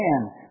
ten